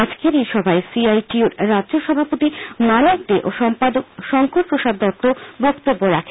আজকের এই সভায় সি আই টি ইউ র রাজ্য সভাপতি মানিক দে ও সম্পাদক শংকর প্রসাদ দত্ত বক্তব্য রাখেন